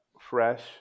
fresh